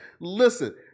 Listen